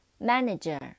Manager